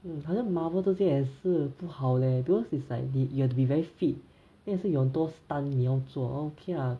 mm 好像 Marvel 这些也是不好 leh because is like you have to be very fit then 也是有很多 stun 你要做 okay lah